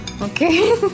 Okay